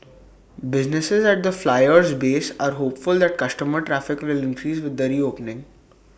businesses at the Flyer's base are hopeful that customer traffic will increase with the reopening